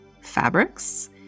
fabrics